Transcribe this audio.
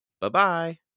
Bye-bye